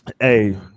Hey